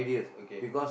okay